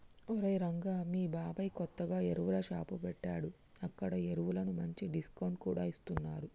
ఒరేయ్ రంగా మీ బాబాయ్ కొత్తగా ఎరువుల షాప్ పెట్టాడు అక్కడ ఎరువులకు మంచి డిస్కౌంట్ కూడా ఇస్తున్నరు